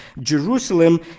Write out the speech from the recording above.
Jerusalem